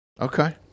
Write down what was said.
Okay